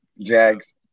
Jags